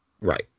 Right